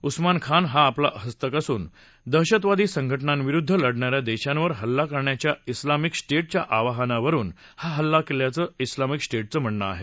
उस्मान खान हा आपला हस्तक असून दहशतवादी संघटनांविरुद्ध लढणाऱ्या देशांवर हल्ला करण्याच्या इस्लामिक स्टेटच्या आवाहनावरून हा हल्ला केल्याचं इस्लामिक स्टेटचं म्हणणं आहे